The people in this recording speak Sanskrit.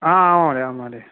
हा आम् महोदय आम् महोदय